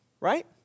right